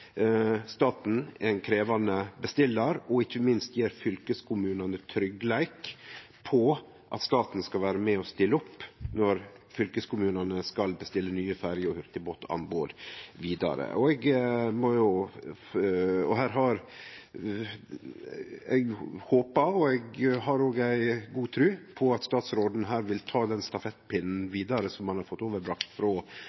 staten er ein krevjande bestillar og ikkje minst gjev fylkeskommunane tryggleik for at staten skal vere med og stille opp når fylkeskommunane skal bestille nye ferjer og ha hurtigbåtanbod vidare. Eg håpar og har òg god tru på at statsråden her vil ta stafettpinnen vidare, som han har fått frå tidlegare regjeringar. Venstre har